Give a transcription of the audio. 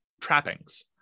trappings